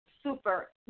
super